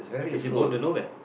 it's important to know that